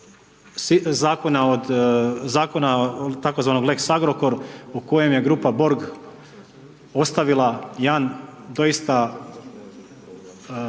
zakona tzv. lex Agrokor u kojem je grupa Borg ostavila jedan doista